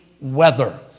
weather